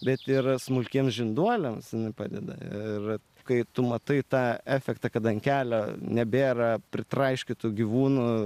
bet yra smulkiems žinduoliams padeda ir kai tu matai tą efektą kad ant kelio nebėra pritraiškytų gyvūnų